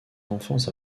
enfance